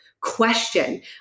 question